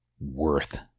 worth